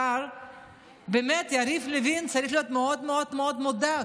השר יריב לוין באמת צריך להיות מאוד מאוד מודאג,